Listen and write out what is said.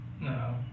No